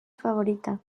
favorita